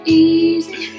easy